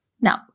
Now